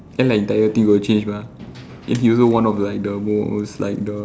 then like the entire thing will change mah then he's also one of the like the most like the